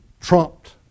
trumped